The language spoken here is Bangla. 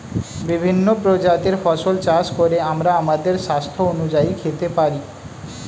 বিভিন্ন প্রজাতির ফসল চাষ করে আমরা আমাদের স্বাস্থ্য অনুযায়ী খেতে পারি